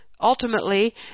ultimately